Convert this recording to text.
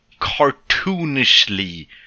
cartoonishly